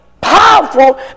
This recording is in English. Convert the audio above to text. powerful